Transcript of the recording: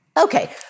Okay